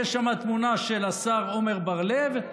תמונה של השר עמר בר לב.